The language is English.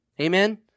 Amen